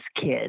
kid